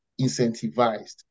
incentivized